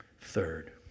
Third